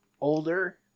older